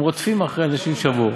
הם רודפים אחרי אנשים שיבואו,